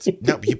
No